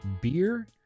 beer